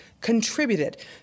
contributed